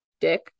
dick